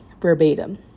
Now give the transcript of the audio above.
verbatim